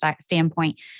standpoint